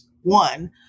one